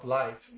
life